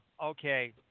Okay